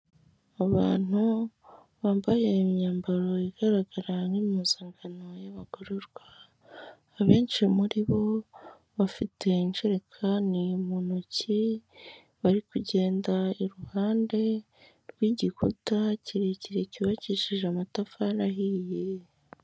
Abantu bambaye imyambaro igaragara nk'impuzangano y'abagororwa, abenshi muri bo bafite injerekani mu ntoki, bari kugenda iruhande rw'igikuta kirekire cyubakishije amatafari ahiye.